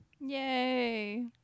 Yay